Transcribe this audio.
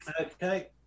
Okay